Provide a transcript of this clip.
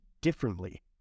differently